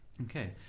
Okay